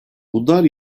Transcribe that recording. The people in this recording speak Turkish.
bunlar